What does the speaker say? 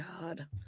god